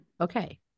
okay